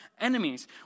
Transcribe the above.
enemies